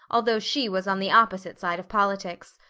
although she was on the opposite side of politics.